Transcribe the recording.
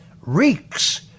reeks